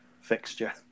fixture